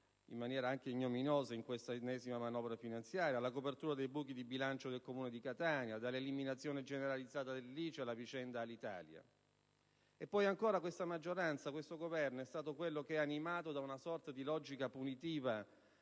in maniera anche ignominiosa in questa ennesima manovra finanziaria, alla copertura dei buchi di bilancio del Comune di Catania; dalla copertura dell'eliminazione generalizzata dell'ICI sulla prima casa alla vicenda Alitalia. E poi questa maggioranza e questo Governo sono stati quelli che, animati da una sorta di logica punitiva,